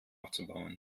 aufzubauen